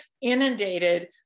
inundated